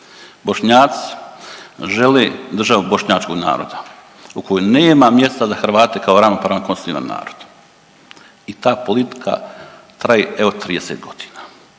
Bošnjaci žele državu bošnjačkog naroda u kojoj nema mjesta za Hrvate kao ravnopravan konstitutivan narod. I ta politika traje evo 30 godina.